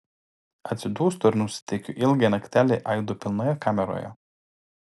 atsidūstu ir nusiteikiu ilgai naktelei aidų pilnoje kameroje